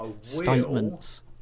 statements